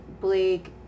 Blake